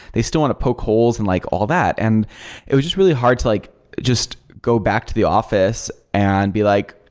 they still want to poke holes and like all that. and it was just really hard to like just go back to the office and be like,